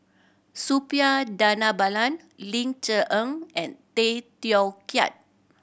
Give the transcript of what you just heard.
Suppiah Dhanabalan Ling Cher Eng and Tay Teow Kiat